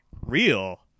real